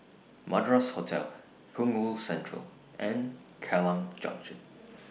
Madras Hotel Punggol Central and Kallang Junction